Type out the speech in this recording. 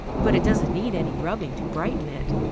but it doesn't need any rubbing to brighten it.